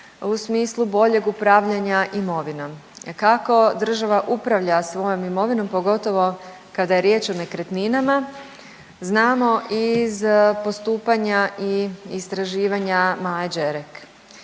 u smislu boljeg upravljanja imovinom. Kako država upravlja svojom imovinom, pogotovo kada je riječ o nekretninama, znamo iz postupanja i istraživanja Maje Đerek.